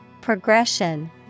Progression